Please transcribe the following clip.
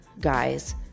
guys